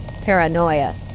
paranoia